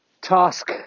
task